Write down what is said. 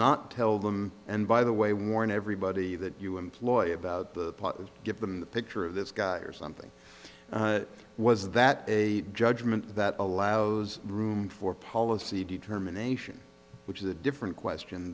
not tell them and by the way warn everybody that you employ give them the picture of this guy or something was that a judgment that allows room for policy determination which is a different question